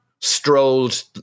strolled